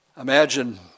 Imagine